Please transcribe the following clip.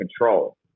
control